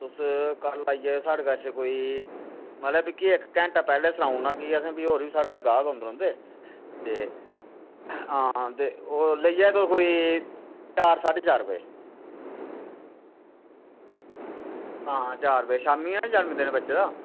तुस कल्ल आई जाएओ साढ़े कश मतलब मिगी इक्क घैंटा पैह्लें सनाई ओड़ना साढ़े कश होर बी बड़े गाह्क औंदे रौहंदे ते हां ते लेई जाओ तुस कोई चार साढ़े चार रपेऽ आं चार बजे शामीं ऐ ना जन्मदिन बच्चे दा